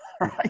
right